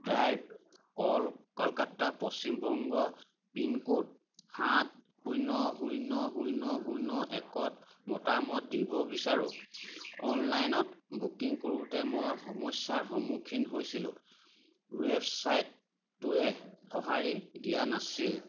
drive Kolkata Paschim Banga pincode সাত শূন্য শূন্য শূন্য শূন্য একত মতামত দিব বিচাৰোঁ অনলাইনত বুকিং কৰোঁতে মই সমস্যাৰ সন্মুখীন হৈছিলোঁ ৱেবছাইটটোৱে সঁহাৰি দিয়া নাছিল